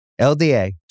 LDA